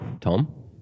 Tom